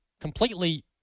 completely